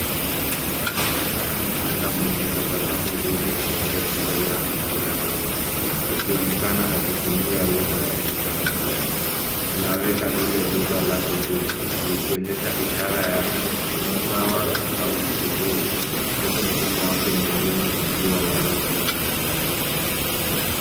Msichana mchanga mwenye tabasamu zuri ameketi mbele ya komputa ndogo akionekana akitumia lugha ya ishara. Anaweka dole gumba lake juu likionyesha ishara ya sawa au vizuri huku mkono wake mwingine ukiwa wazi chini yake.